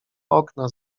okna